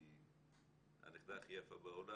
נכדתי, הנכדה הכי יפה בעולם